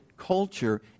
Culture